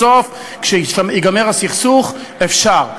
בסוף, כשייגמר הסכסוך, אפשר.